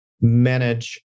manage